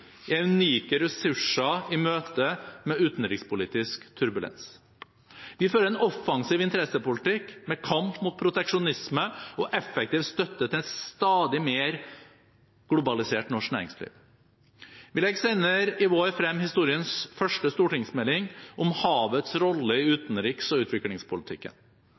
unike ressurser i møte med utenrikspolitisk turbulens. Vi fører en offensiv interessepolitikk, med kamp mot proteksjonisme og effektiv støtte til et stadig mer globalisert norsk næringsliv. Vi legger senere i vår frem historiens første stortingsmelding om havets rolle i utenriks- og utviklingspolitikken.